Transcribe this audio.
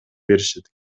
беришет